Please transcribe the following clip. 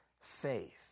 faith